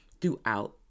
throughout